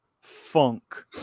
funk